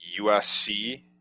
USC